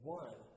one